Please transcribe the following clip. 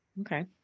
Okay